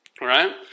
Right